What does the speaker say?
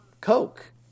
Coke